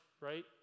right